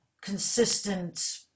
consistent